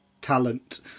talent